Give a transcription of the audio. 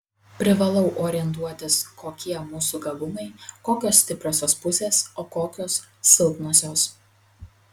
privalau orientuotis kokie mūsų gabumai kokios stipriosios pusės o kokios silpnosios